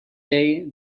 day